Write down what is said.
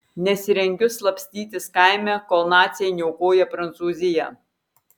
nesirengiu slapstytis kaime kol naciai niokoja prancūziją